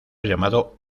llamado